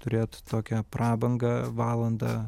turėt tokią prabangą valandą